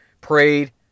prayed